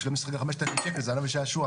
בשבילם משחק על 5,000 שקל זה הנאה ושעשוע.